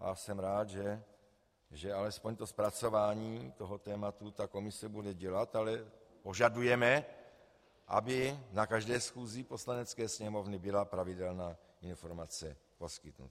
A jsem rád, že alespoň zpracování toho tématu ta komise bude dělat, ale požadujeme, aby na každé schůzi Poslanecké sněmovny byla pravidelná informace poskytnuta.